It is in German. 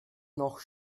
noch